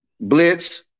blitz